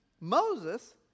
Moses